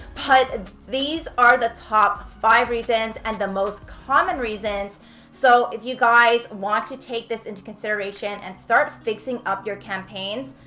but these are the top five reasons and the most common reasons so if you guys want to take this into consideration and start fixing up your campaigns,